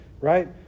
right